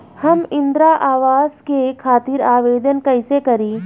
हम इंद्रा अवास के खातिर आवेदन कइसे करी?